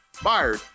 fired